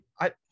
I-